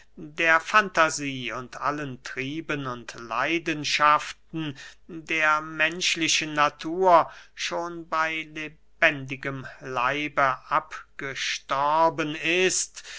der fantasie und allen trieben und leidenschaften der menschlichen natur schon bey lebendigem leibe abgestorben ist